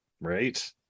right